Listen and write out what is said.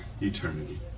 eternity